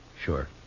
Sure